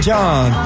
John